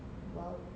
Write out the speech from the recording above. !wow!